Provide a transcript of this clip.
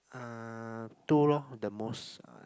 uh two lor the most